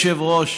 אדוני היושב-ראש,